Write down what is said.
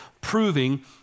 proving